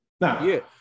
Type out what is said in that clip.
Now